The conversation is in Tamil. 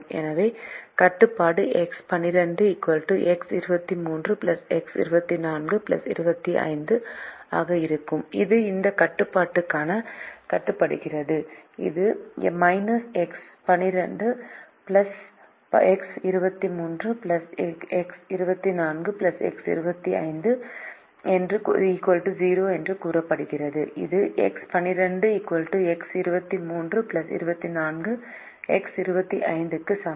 எனவே கட்டுப்பாடு X12 X23 X24 X25 ஆக இருக்கும் இது இந்த கட்டுப்பாடாக காட்டப்படுகிறது இது X12 X23 X24 X25 0 என்று கூறுகிறது இது X12 X23 X24 X25 க்கு சமம்